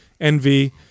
envy